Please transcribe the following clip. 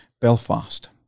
Belfast